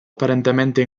apparentemente